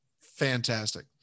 fantastic